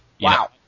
wow